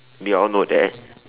we all know that